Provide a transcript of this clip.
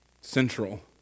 Central